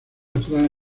atrae